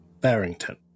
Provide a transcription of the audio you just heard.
Barrington